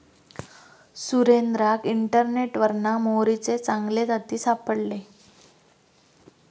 सुरेंद्राक इंटरनेटवरना मोहरीचे चांगले जाती सापडले